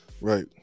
right